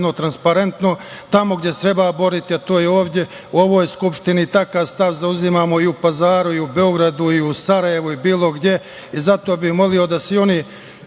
i u Pazaru, u Beogradu, u Sarajevu i bilo gde. Zato